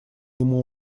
ему